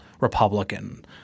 Republican